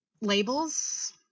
labels